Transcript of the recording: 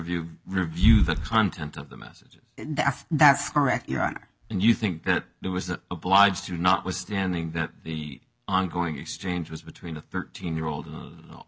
view review the content of the messages that's correct your honor and you think that it was obliged to notwithstanding that the ongoing exchange was between a thirteen year old